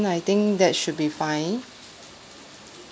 I think that should be fine